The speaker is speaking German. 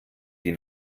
die